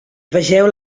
vegeu